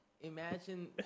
Imagine